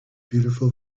beautiful